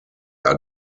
are